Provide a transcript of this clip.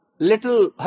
Little